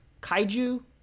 kaiju